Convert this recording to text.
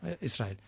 Israel